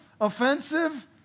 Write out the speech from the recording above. offensive